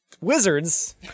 wizards